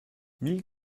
mille